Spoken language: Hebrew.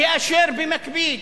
כאשר במקביל